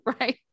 Right